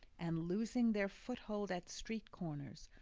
and losing their foot-hold at street-corners,